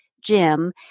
Jim